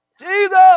Jesus